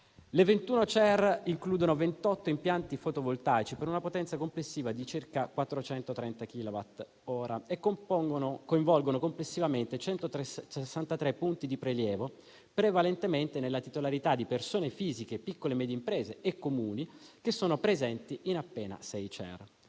Le 21 CER includono 28 impianti fotovoltaici per una potenza complessiva di circa 430 chilowattora e coinvolgono complessivamente 163 punti di prelievo prevalentemente nella titolarità di persone fisiche, piccole e medie imprese e Comuni presenti in appena sei CER.